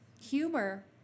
humor